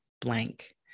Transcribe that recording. blank